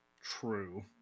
True